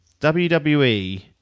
WWE